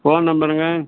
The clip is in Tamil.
ஃபோன் நம்பருங்க